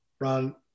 Ron